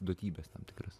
duotybes tam tikras